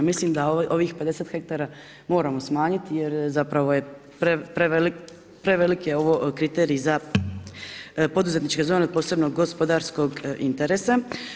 Mislim da ovih 50 ha moramo smanjiti, jer zapravo je prevelik je ovo kriterij za poduzetničke zone posebno gospodarskog interesa.